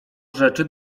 rzeczy